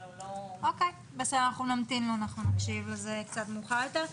אוקיי, אנחנו נקשיב לזה קצת מאוחר יותר.